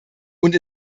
und